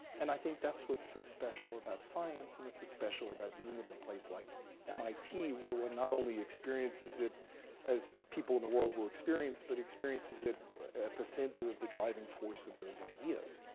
and i think that's what's so special about science, and that's what's special about doing it in a place like mit, where one not only experiences it as people in the world will experience, but experiences it at the center of the driving force of those ideas.